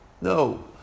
no